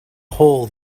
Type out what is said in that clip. hole